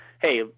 Hey